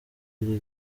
iri